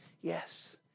Yes